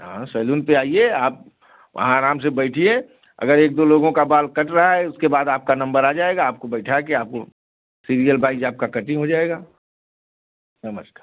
हाँ सैलून पे आइए आप वहाँ आराम से बैठिए अगर एक दो लोगों का बाल कट रहा है उसके बाद आपका नंबर आ जाएगा आपको बैठा के आपको सीरियल बाइज आपका कटिंग हो जाएगा नमस्कार